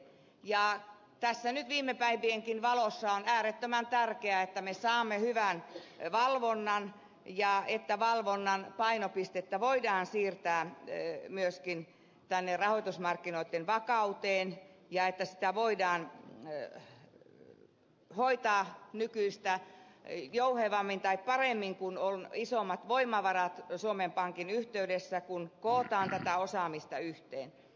ja tässä nyt viime päivienkin valossa on äärettömän tärkeää että me saamme hyvän valvonnan ja että valvonnan painopistettä voidaan siirtää myöskin tänne rahoitusmarkkinoitten vakauteen ja että sitä voidaan hoitaa nykyistä jouhevammin tai paremmin kun on isommat voimavarat suomen pankin yhteydessä kun kootaan tätä osaamista yhteen